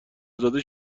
زاده